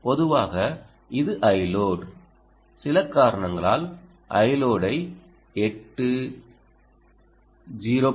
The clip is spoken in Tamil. பொதுவாக இது Iload சில காரணங்களால் Iload ஐ 8 0